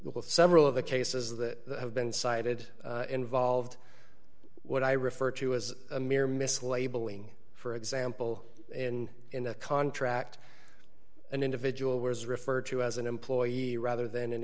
with several of the cases that have been cited involved what i refer to as a mere mislabeling for example in in the contract an individual was referred to as an employee rather than an